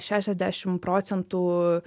šešiasdešim procentų